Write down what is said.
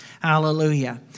Hallelujah